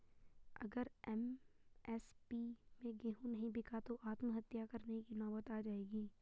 अगर एम.एस.पी पे गेंहू नहीं बिका तो आत्महत्या करने की नौबत आ जाएगी